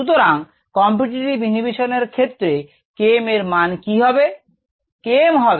সুতরাং competitive inhibition এর ক্ষেত্রে Km এর মান কি হবে